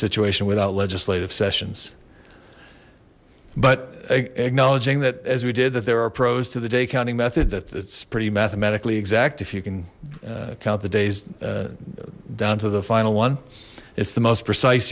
situation without legislative sessions but acknowledging that as we did that there are pros to the day accounting method that that's pretty mathematically exact if you can count the days down to the final one it's the most precise